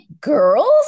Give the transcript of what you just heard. girls